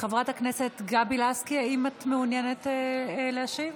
חברת הכנסת גבי לסקי, האם את מעוניינת להשיב?